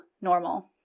normal